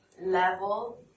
level